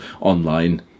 online